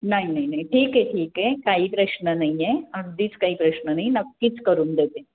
नाही नाही नाही ठीक आहे ठीक आहे काही प्रश्न नाही आहे अगदीच काही प्रश्न नाही नक्कीच करून देते